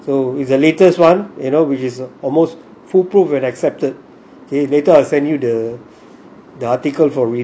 so is the latest one you know which is almost foolproof and accepted okay later I send you the the article for reading